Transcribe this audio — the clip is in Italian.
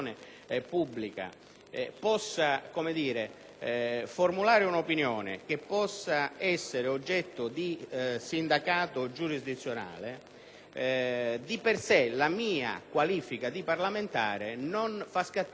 occasione pubblica, formula un'opinione che possa essere oggetto di sindacato giurisdizionale, di per sé la qualifica di parlamentare non fa scattare automaticamente